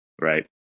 right